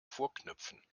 vorknöpfen